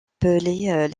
appelés